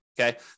Okay